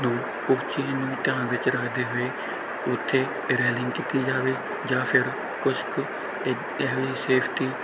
ਨੂੰ ਉਸ ਚੀਜ਼ ਨੂੰ ਧਿਆਨ ਵਿੱਚ ਰੱਖਦੇ ਹੋਏ ਉੱਥੇ ਰੈਲਿੰਗ ਕੀਤੀ ਜਾਵੇ ਜਾਂ ਫਿਰ ਕੁਛ ਕੁ ਇ ਇਹੋ ਜਿਹੀ ਸੇਫਟੀ